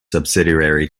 subsidiary